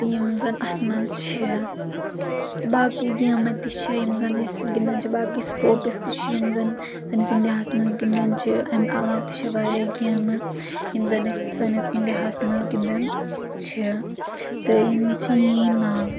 یِم زن اتھ منٛز چھِ تہٕ باقٕے گیمہٕ تہِ چھِ یِم زن أسۍ گنٛدان چھِ تہٕ باقٕے سپوٹس تہِ چھِ یِم زن سٲنس انڈیا ہس منٛز گندان چھِ امہِ علاوٕ تہِ چھِ واریاہ گیمہٕ یِم زن أسۍ سٲنِس انڈیا ہس منٛز گنٛدان چھِ تہٕ یِم چھِ یہنٛد ناو